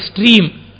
extreme